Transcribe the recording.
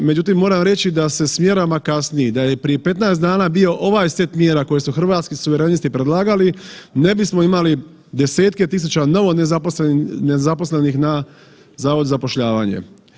Međutim, moram reći da se s mjerama kasni, da je prije 15 dana bio ovaj set mjera koji su Hrvatski suverenisti predlagali ne bismo imali 10-tke tisuća novonezaposlenih na zavodu za zapošljavanje.